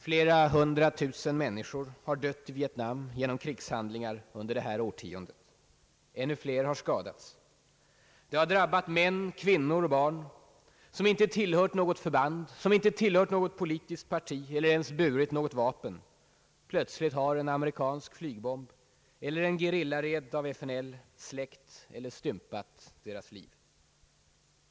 Flera hundratusen människor har dött i Vietnam genom krigshandlingar under det här årtiondet. Ännu fler har skadats. Kriget har drabbat män, kvinnor och barn som inte tillhört något förband eller något politiskt parti eller ens burit något vapen — plötsligt har en amerikansk flygbomb eller en gerillaraid av FNL släckt eller stympat deras liv.